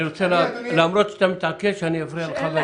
למרות שאתה מתעקש, אני אפריע לך.